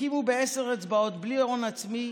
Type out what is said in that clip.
הקימו בעשר אצבעות, בלי הון עצמי,